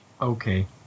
okay